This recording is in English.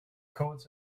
codes